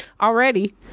already